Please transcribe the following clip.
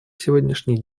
сегодняшний